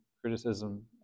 criticism